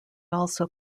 also